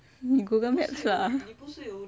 你 Google maps lah